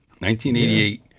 1988